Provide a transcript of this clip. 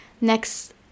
next